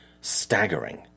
staggering